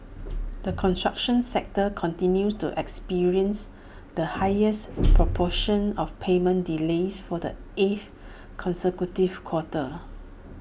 the construction sector continues to experience the highest proportion of payment delays for the eighth consecutive quarter